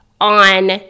on